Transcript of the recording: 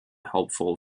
helpful